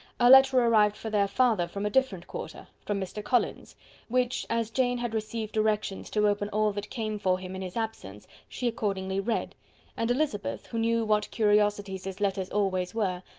a letter arrived for their father, from a different quarter, from mr. collins which, as jane had received directions to open all that came for him in his absence, she accordingly read and elizabeth, who knew what curiosities his letters always were,